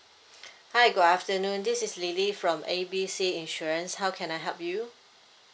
hi good afternoon this is lily from A B C insurance how can I help you